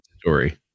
story